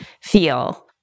feel